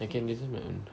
I can design my own